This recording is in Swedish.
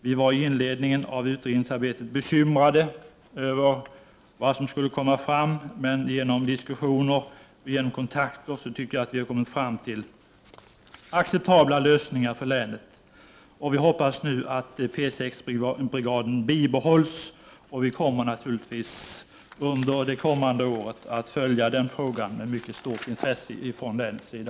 Vi var i inledningen av utredningsarbetet bekymrade över vad som skulle bli resultatet, men genom diskussioner och kontakter har vi, tycker jag, kommit fram till acceptabla lösningar för länet. Vi hoppas nu att P 6 brigaden bibehålls, och vi kommer naturligtvis under det kommande året att följa den frågan med mycket stort intresse från länets sida.